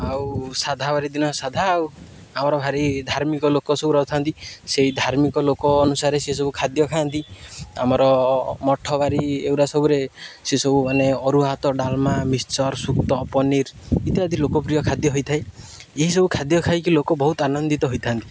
ଆଉ ସାଧାବାରି ଦିନ ସାଧା ଆଉ ଆମର ଭାରି ଧାର୍ମିକ ଲୋକ ସବୁ ରହିଥାନ୍ତି ସେଇ ଧାର୍ମିକ ଲୋକ ଅନୁସାରେ ସେସବୁ ଖାଦ୍ୟ ଖାଆନ୍ତି ଆମର ମଠବାରି ଏଗୁଡ଼ା ସବୁରେ ସେସବୁ ମାନେ ଅରୁଆ ହାତ ଡାଲମା ମିକଶ୍ଚର ଶୁକ୍ତ ପନିର ଇତ୍ୟାଦି ଲୋକପ୍ରିୟ ଖାଦ୍ୟ ହୋଇଥାଏ ଏହିସବୁ ଖାଦ୍ୟ ଖାଇକି ଲୋକ ବହୁତ ଆନନ୍ଦିତ ହୋଇଥାନ୍ତି